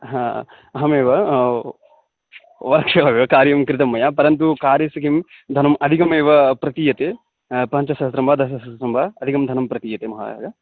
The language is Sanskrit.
हा अहमेव आवर्षं कार्यं कृतं मया परन्तु कार्यस्य किं धनम् अधिकमेव प्रतीयते पञ्चसहस्रं वा दशसहस्रं वा अधिकं धनं प्रतीयते महाराज